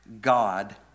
God